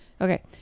Okay